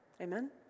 Amen